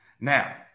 now